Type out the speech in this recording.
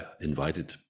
invited